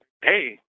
hey